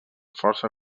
força